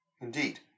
Indeed